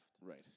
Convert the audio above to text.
Right